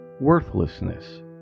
worthlessness